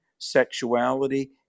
sexuality